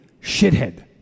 shithead